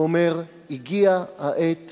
והוא אומר: הגיעה העת